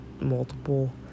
multiple